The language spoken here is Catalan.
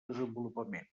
desenvolupament